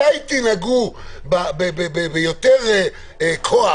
מתי תנהג ביותר כוח,